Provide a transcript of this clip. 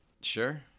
Sure